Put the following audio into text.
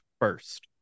first